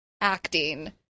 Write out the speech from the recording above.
Acting